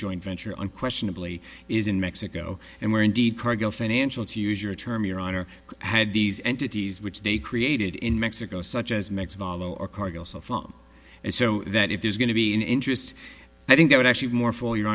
joint venture unquestionably is in mexico and where indeed cargill financial to use your term your honor had these entities which they created in mexico such as makes a cargo cell phone and so that if there's going to be an interest i think it would actually be more for you